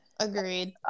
agreed